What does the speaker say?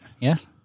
Yes